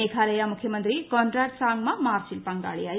മേഘാലയ മുഖ്യമന്ത്രി കോൺറാട് സാംഗ്മ മാർച്ചിൽ പങ്കാളിയായി